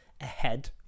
ahead